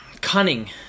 cunning